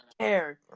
care